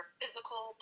physical